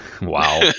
wow